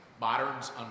moderns